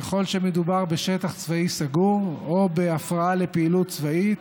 ככל שמדובר בשטח צבאי סגור או בהפרעה לפעילות צבאית,